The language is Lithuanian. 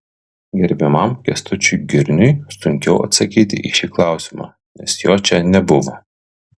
gerbiamam kęstučiui girniui sunkiau atsakyti į šį klausimą nes jo čia nebuvo